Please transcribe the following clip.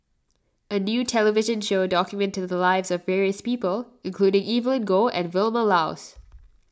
a new television show documented the lives of various people including Evelyn Goh and Vilma Laus